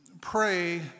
pray